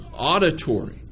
auditory